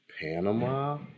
Panama